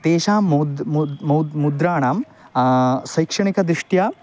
तेषां मुद् मुद् मौद् मुद्राणां शैक्षणिकदृष्ट्या